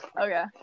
Okay